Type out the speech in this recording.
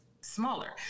smaller